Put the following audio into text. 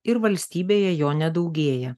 ir valstybėje jo nedaugėja